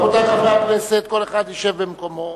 רבותי חברי הכנסת, כל אחד ישב במקומו